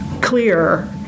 clear